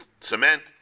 cement